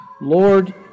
Lord